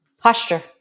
Posture